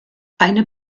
eine